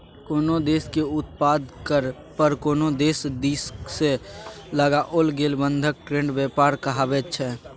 कोनो देशक उत्पाद पर कोनो देश दिससँ लगाओल गेल बंधन ट्रेड व्यापार कहाबैत छै